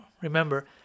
Remember